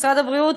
משרד הבריאות,